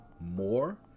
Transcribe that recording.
more